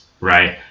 Right